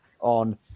on